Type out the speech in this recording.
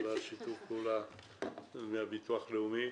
תודה על שיתוף הפעולה עם הביטוח הלאומי.